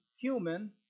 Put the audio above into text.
human